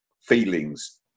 feelings